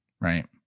right